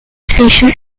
station